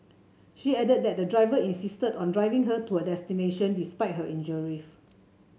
she added that the driver insisted on driving her to her destination despite her injuries